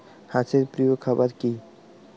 হাঁস এর প্রিয় খাবার কি?